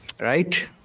right